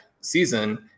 season